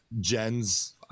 jen's